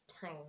time